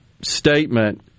statement